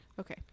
Okay